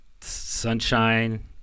Sunshine